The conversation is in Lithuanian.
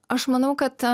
aš manau kad